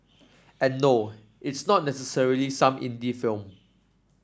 and no it's not necessarily some indie film